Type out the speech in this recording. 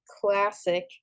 classic